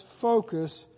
focus